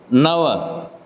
नव